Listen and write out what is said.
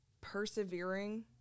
persevering